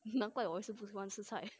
难怪我也不喜欢吃菜